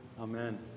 Amen